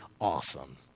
awesome